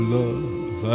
love